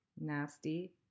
Nasty